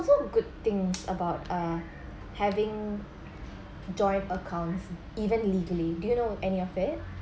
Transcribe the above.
good things about uh having joined accounts even legally do you know any of it